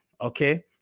okay